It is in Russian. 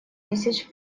тысяч